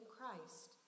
Christ